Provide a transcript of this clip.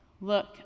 Look